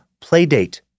playdate